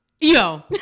Yo